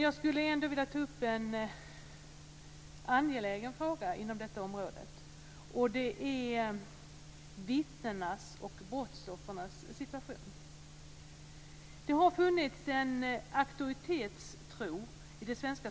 Jag skulle ändå vilja ta upp en angelägen fråga inom detta område, nämligen vittnenas och brottsoffrens situation. Det har funnits en auktoritetstro i det svenska